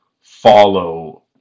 follow